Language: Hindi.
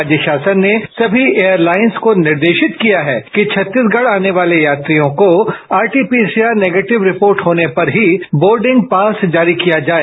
राज्य शासन ने सभी एयरलाइंस को निर्देशित किया है कि छत्तीसगढ़ आने वाले यात्रियों को आरटी पीसीआर निगेटिव रिपोर्ट होने पर ही बोर्डिंग पास जारी किया जाए